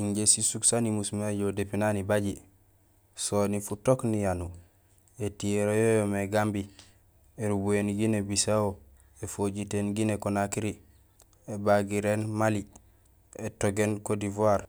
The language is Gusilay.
Injé sisuk saan umusmé ijoow depuis naan ibaji soni futook niyanuur: étiyoree yo yoomé Gambie, érubuhéén Guinée Bissau, éfojitéén Guinée Conakry, ébagiréén Mali, étogéén Cote d'Ivoire,